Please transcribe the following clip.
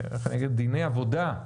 דיני עבודה,